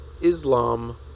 Islam